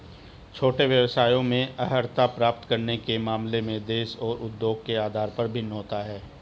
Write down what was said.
छोटे व्यवसायों में अर्हता प्राप्त करने के मामले में देश और उद्योग के आधार पर भिन्न होता है